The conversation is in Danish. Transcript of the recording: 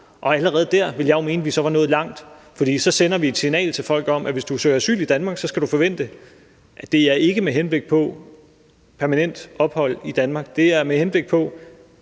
Og allerede dér vil jeg mene at vi så var nået langt, for så sender vi et signal til folk om, at hvis du søger asyl i Danmark, skal du forvente, at det ikke er med henblik på permanent ophold i Danmark, men med henblik på,